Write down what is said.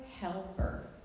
helper